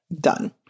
Done